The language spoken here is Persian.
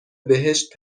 بهشت